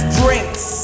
drinks